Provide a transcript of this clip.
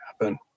happen